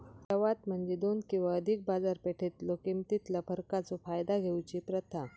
लवाद म्हणजे दोन किंवा अधिक बाजारपेठेतलो किमतीतला फरकाचो फायदा घेऊची प्रथा